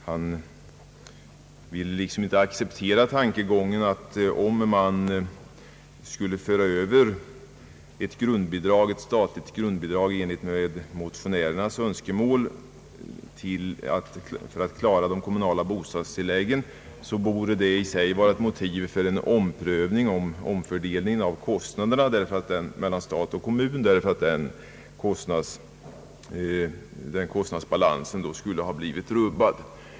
Han vill inte acceptera att ett statligt grundbidrag till de kommunala bostadstilläggen, såsom motionärerna föreslår, i och för sig skulle utgöra motiv för en omfördelning av kostnaderna mellan stat och kommun — kostnadsbalansen skulle ju då rubbas.